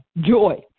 joy